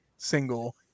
single